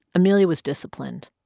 amelia was disciplined.